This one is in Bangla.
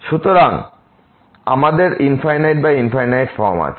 সুতরাং আমাদের ∞∞ ফর্ম আছে